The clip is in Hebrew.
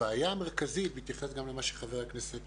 הבעיה המרכזית בהתייחס גם למה שחבר הכנסת